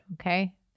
Okay